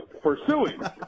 pursuing